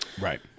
Right